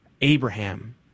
Abraham